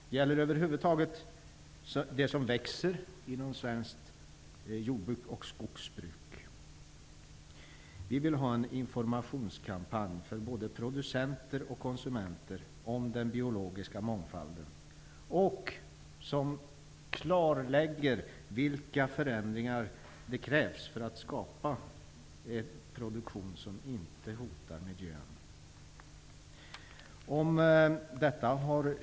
Det gäller det som över huvud taget växer i svenskt jord och skogsbruk. Vi vill ha en informationskampanj för både producenter och konsumenter om den biologiska mångfalden som klarlägger vilka förändringar det krävs för att skapa en produktion som inte hotar miljön.